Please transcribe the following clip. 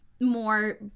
more